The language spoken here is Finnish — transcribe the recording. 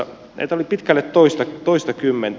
näitä oli pitkälle toistakymmentä